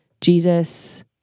Jesus